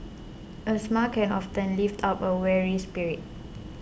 a smile can often lift up a weary spirit